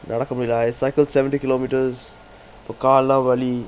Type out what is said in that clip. நடக்க முடியல:nadakka mudiyala I cycled seventy kilometres காலெல்லாம் வலி:kalellam vali